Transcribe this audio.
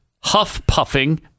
huff-puffing